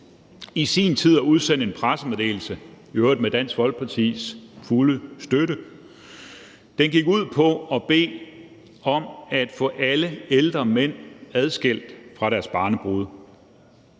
i sin tid at udsende en pressemeddelelse, i øvrigt med Dansk Folkepartis fulde støtte. Den gik ud på at bede om at få alle ældre mænd adskilt fra deres barnebrude.